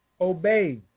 Obey